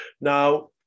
Now